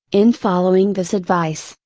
in following this advice,